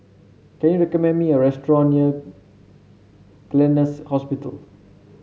can you recommend me a restaurant near Gleneagles Hospital